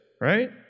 Right